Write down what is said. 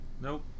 Nope